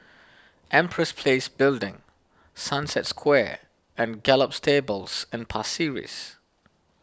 Empress Place Building Sunset Square and Gallop Stables and Pasir Ris